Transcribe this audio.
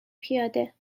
پیاده